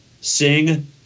sing